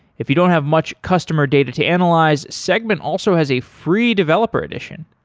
if you don't have much customer data to analyze, segment also has a free developer edition.